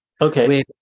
okay